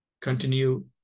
continue